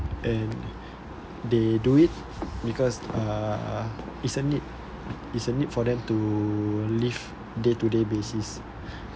and they do it because err isn't it isn't it for them to live day to day basis